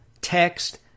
text